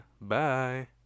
Bye